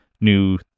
new